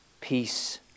Peace